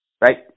right